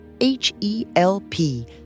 H-E-L-P